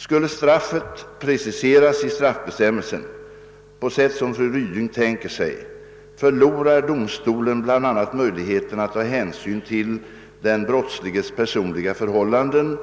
Skulle straffet preciseras i straffbestämmelsen, på sätt som fru Ryding tänker sig, förlorar domstolen bl.a. möjligheten att ta hänsyn till den brottsliges personliga förhållanden